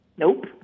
Nope